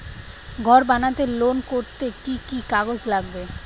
ঘর বানাতে লোন করতে কি কি কাগজ লাগবে?